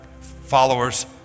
followers